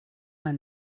man